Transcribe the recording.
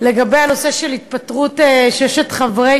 של התפטרות ששת חברי,